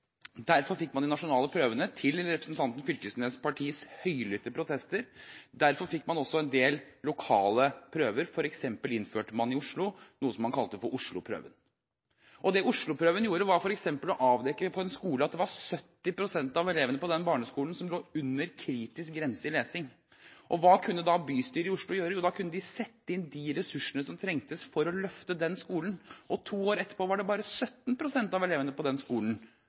Derfor fikk man de nasjonale prøvene, til høylytte protester fra representanten Knag Fylkesnes’ parti. Derfor fikk man også en del lokale prøver. For eksempel innførte man i Oslo noe som man kalte for Oslo-prøven. Det Oslo-prøven gjorde, var f.eks. å avdekke på en barneskole at 70 pst. av elevene lå under kritisk grense i lesing. Hva kunne da bystyret i Oslo gjøre? Jo, da kunne de sette inn de ressursene som trengtes for å løfte den skolen. Og to år etterpå var det bare 17 pst. av elevene på denne skolen